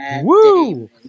Woo